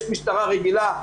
יש משטרה רגילה,